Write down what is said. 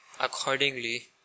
accordingly